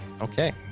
Okay